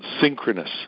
synchronous